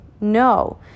No